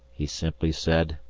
he simply said,